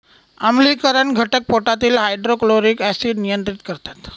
आम्लीकरण घटक पोटातील हायड्रोक्लोरिक ऍसिड नियंत्रित करतात